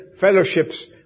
fellowships